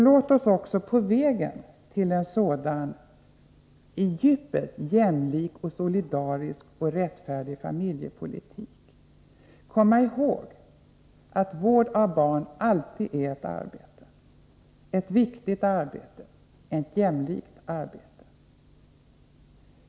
Låt oss också på vägen till en sådan i djupet jämlik, solidarisk och rättfärdig familjepolitik komma ihåg att vård av barn alltid är ett arbete, ett viktigt arbete och ett jämlikt arbete.